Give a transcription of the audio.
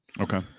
okay